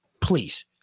Please